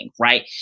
Right